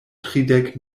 tridek